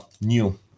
new